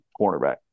cornerback